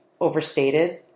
overstated